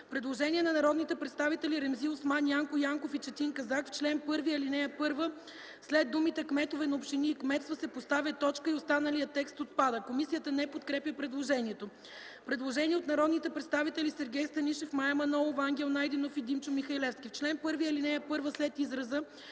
Предложение на народните представители Ремзи Осман, Янко Янков и Четин Казак – в чл. 1, ал. 1 след думите „кметове на общини и кметства” се поставя точка и останалият текст отпада. Комисията не подкрепя предложението. Предложение от народните представители Сергей Станишев, Мая Манолова, Ангел Найденов и Димчо Михалевски – в чл. 1, ал. 1 след израза